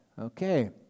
Okay